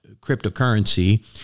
cryptocurrency